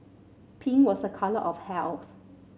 pink was a colour of health